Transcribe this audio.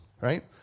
right